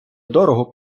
дорого